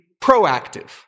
proactive